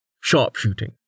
Sharpshooting